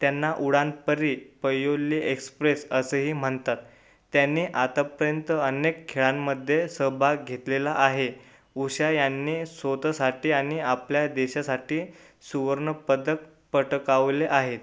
त्यांना उडान परी पयोल्ली एक्सप्रेस असेही म्हणतात त्यांनी आतापर्यंत अनेक खेळांमध्ये सहभाग घेतलेला आहे उषा यानी स्वतःसाठी आणि आपल्या देशासाठी सुवर्ण पदक पटकावले आहे